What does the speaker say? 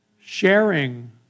sharing